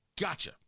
Gotcha